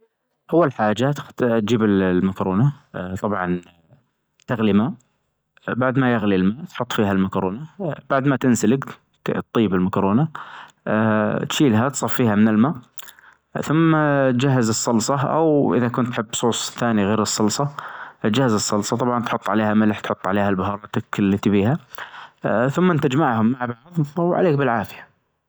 اول حاجة تجيب المكرونة طبعا تغلي ماء بعد ما يغلي الماء تحط فيها المكرونة بعد ما تنسلج تطيب المكرونة تشيلها تصفيها من الماء ثم تجهز الصلصة او اذا كنت تحب صوص ثاني غير الصلصة جهز الصلصة طبعا تحط عليها ملح تحط عليها البهاراتك اللي تبيها ثمن تجمعهم مع بعظ وعليك بالعافية.